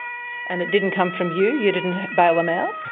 and it didn't come from you? you didn't bail them out?